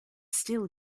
still